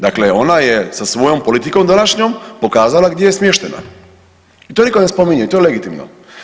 Dakle, ona je sa svojom politikom današnjom pokazala gdje je smještena i to niko ne spominje i to je legitimno.